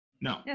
No